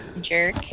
Jerk